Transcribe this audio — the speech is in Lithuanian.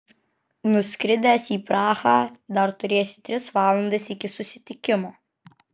nuskridęs į prahą dar turėsi tris valandas iki susitikimo